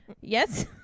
Yes